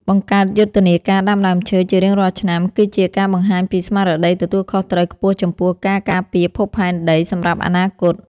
បង្កើតយុទ្ធនាការដាំឈើជារៀងរាល់ឆ្នាំគឺជាការបង្ហាញពីស្មារតីទទួលខុសត្រូវខ្ពស់ចំពោះការការពារភពផែនដីសម្រាប់អនាគត។